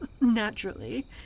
Naturally